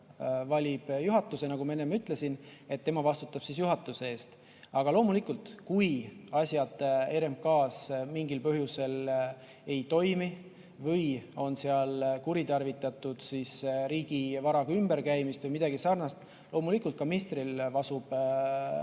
valib juhatuse. Nagu ma enne ütlesin, [nõukogu] vastutab juhatuse eest. Aga loomulikult, kui asjad RMK‑s mingil põhjusel ei toimi või on seal kuritarvitatud riigi varaga ümberkäimist või midagi sarnast, siis ka ministril lasub vastutus